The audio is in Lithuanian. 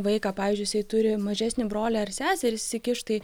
vaiką pavyzdžiui jisai turi mažesnį brolį ar seserį jis įsikiš tai